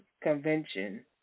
Convention